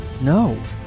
No